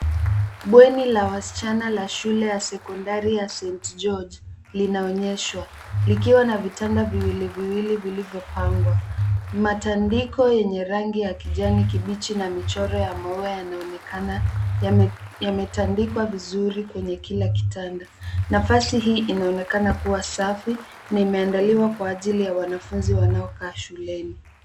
Bweni la wasichana la shule ya sekondari ya St. George linaonyeshwa likiwa na vitanda viwiliviwili vilivyopangwa. Matandiko yenye rangi ya kijani kibichi na michoro ya mau yanaonekana yametandikwa vizuri kwenye kila kitanda. Nafasi hii inaonekana kuwa safi na imeandaliwa kwa ajili ya wanafunzi wanaokaa shuleni.